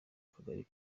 akagari